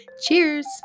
Cheers